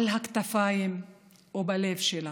על הכתפיים או בלב שלך,